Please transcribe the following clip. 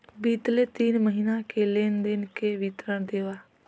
बितले तीन महीना के लेन देन के विवरण देवा?